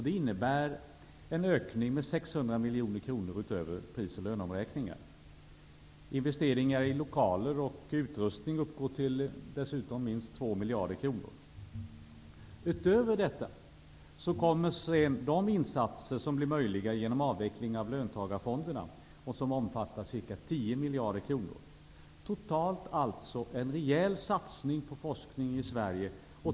Det innebär en ökning med 600 miljoner kronor utöver pris och löneomräkning. Investeringar i lokaler och utrustning uppgår dessutom till minst 2 miljarder kronor. Utöver detta kommer de insatser som blir möjliga genom avvecklingen av löntagarfonderna och som omfattar ca 10 miljarder kronor. Totalt alltså en rejäl satsning på forskning i Sverige.